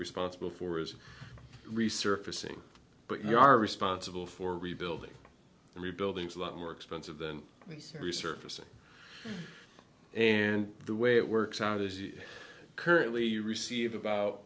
responsible for is resurfacing but you are responsible for rebuilding and rebuilding is a lot more expensive than resurfacing and the way it works out is you currently receive about